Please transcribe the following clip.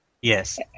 Yes